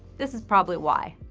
this is probably why.